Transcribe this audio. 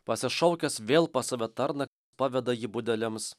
pasišaukęs vėl pas save tarną paveda jį budeliams